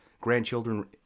grandchildren